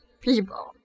people